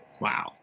wow